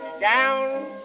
down